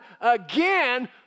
again